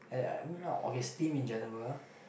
okay steam in general